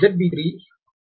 22MVA base